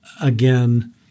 Again